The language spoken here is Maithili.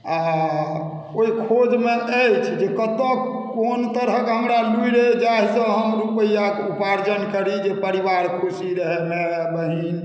आ ओहि खोजमे अछि जे कतहुँ कओन तरहक हमरा लुरि अछि जाहिसँ हम रुपआक ओपार्जन करी जे परिवार खुशी रहै माय बहीन